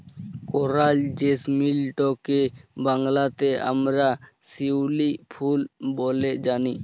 করাল জেসমিলটকে বাংলাতে আমরা শিউলি ফুল ব্যলে জানি